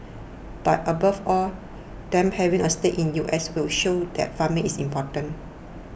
but above all them having a stake in U S will show that farming is important